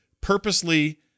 purposely